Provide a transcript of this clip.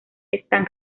están